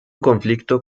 conflicto